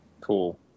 cool